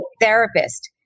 therapist